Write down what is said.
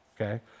okay